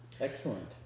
Excellent